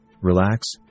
relax